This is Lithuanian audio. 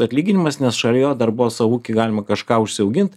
atlyginimas nes šalia jo dar buvo savo ūky galima kažką užsiaugint